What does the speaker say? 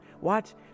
Watch